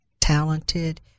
talented